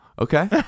Okay